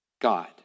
God